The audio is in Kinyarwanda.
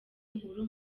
inkuru